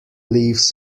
leaves